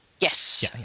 Yes